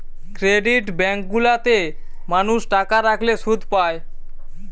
credit bank গুলা তে মানুষ টাকা রাখলে শুধ পায়